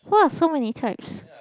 !wah! so many types